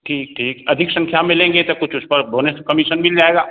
ठीक ठीक अधिक संख्या में लेंगे तो कुछ उस पर बोनस कमीशन मिल जाएगा